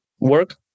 work